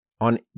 on